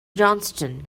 johnston